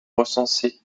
recenser